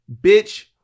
bitch